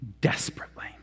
desperately